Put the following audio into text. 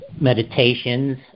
meditations